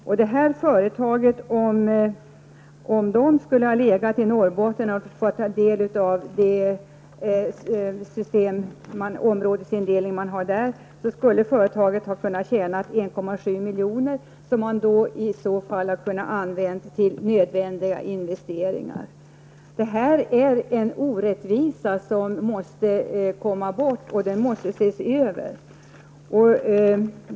Om det här företaget hade legat i Norrbotten och kunnat dra nytta av den områdesindelning som finns där, skulle företaget ha kunnat tjäna 1,7 miljoner och kunnat använda det till nödvändiga investeringar. Det här är en orättvisa som måste ses över och måste bort.